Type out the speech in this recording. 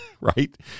right